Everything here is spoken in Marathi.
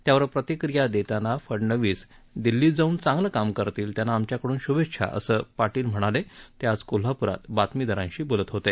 त्यावर प्रतिक्रिया देताना फडनवीस दिल्लीत जाऊन चांगलं काम करतील त्यांना आमच्याकडून शुभेच्छा असं पाटील म्हणाले ते आज कोल्हापूरात बातमीदारांशी बोलत होते